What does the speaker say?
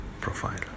profile